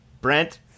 Brent